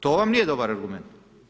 To vam nije dobar argument.